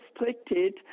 restricted